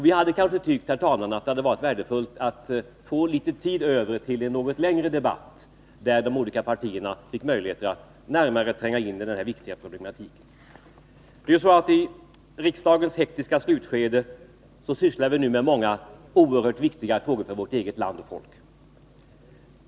Vi tyckte väl, herr talman, att det skulle ha varit värdefullt att få litet tid över till en något längre debatt, där partierna fick möjlighet att närmare tränga in i denna viktiga problematik. Triksdagens hektiska slutskede sysslar vi med många oerhört viktiga frågor för vårt eget land.